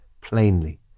plainly